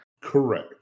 Correct